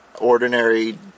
ordinary